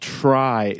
try